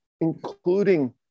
including